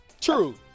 True